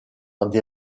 des